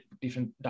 different